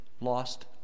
lost